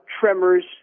tremors